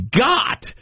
got